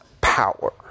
power